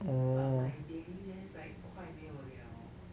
but my daily lens like 快没有 liao